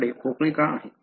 तुमच्याकडे पोकळी का आहे